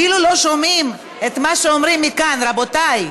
אפילו לא שומעים את מה שאומרים מכאן, רבותי.